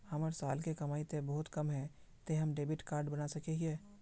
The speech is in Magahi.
हमर साल के कमाई ते बहुत कम है ते हम डेबिट कार्ड बना सके हिये?